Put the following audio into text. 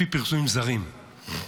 -- לפי פרסומים זרים,